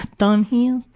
done healed?